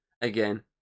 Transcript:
again